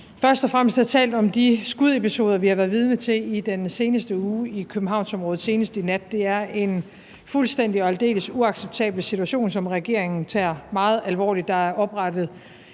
først og fremmest have talt om de skudepisoder, vi har været vidne til i den seneste uge i Københavnsområdet, senest i nat. Det er en fuldstændig og aldeles uacceptabel situation, som regeringen tager meget alvorligt. Der er oprettet